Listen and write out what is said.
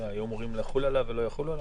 שהיו אמורות לחול עליו ולא יחולו עליו?